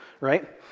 right